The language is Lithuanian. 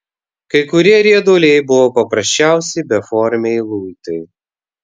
kai kurie rieduliai buvo paprasčiausi beformiai luitai